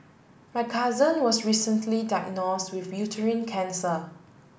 my cousin was recently diagnose with uterine cancer